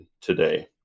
today